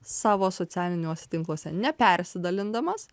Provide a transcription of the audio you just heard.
savo socialiniuose tinkluose ne persidalindamas